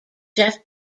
jeff